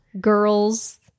girls